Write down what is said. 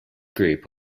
group